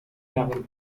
level